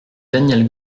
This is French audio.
daniel